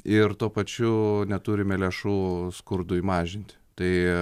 ir tuo pačiu neturime lėšų skurdui mažinti tai